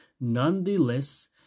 nonetheless